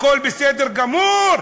הכול בסדר גמור,